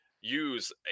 use